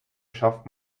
schafft